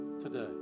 today